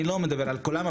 אני לא מדבר על כולם,